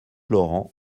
laurent